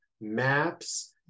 maps